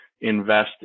invest